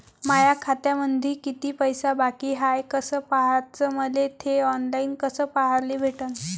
माया खात्यामंधी किती पैसा बाकी हाय कस पाह्याच, मले थे ऑनलाईन कस पाह्याले भेटन?